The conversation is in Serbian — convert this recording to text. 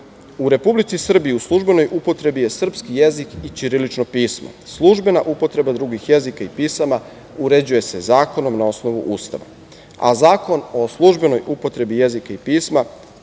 U Republici Srbiji u službenoj upotrebi je srpski jezik i ćirilično pismo. Službena upotreba drugih jezika i pisama uređuje se zakonom na osnovu Ustava, a Zakon o službenoj upotrebi jezika i pisma